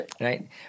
right